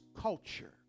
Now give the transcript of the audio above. culture